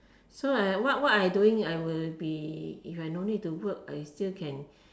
so I what what I doing if I no need to work I can